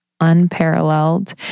unparalleled